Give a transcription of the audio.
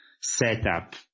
setup